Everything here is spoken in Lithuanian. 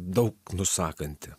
daug nusakanti